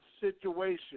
situation